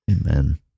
Amen